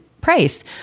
price